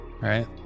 right